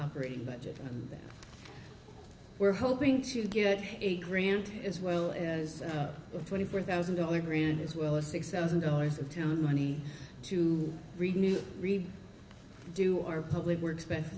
every budget and we're hoping to get a grant as well as a twenty four thousand dollars grant as well as six thousand dollars of town money to read new do our public works best